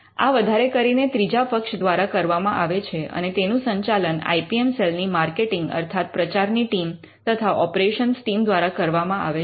આ વધારે કરીને ત્રીજા પક્ષ દ્વારા કરવામાં આવે છે અને તેનું સંચાલન આઇ પી એમ સેલ ની માર્કેટિંગ અર્થાત પ્રચારની ટીમ તથા ઑપરેશન્સ ટીમ દ્વારા કરવામાં આવે છે